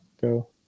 Go